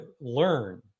learn